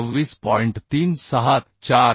36 415